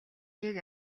нэг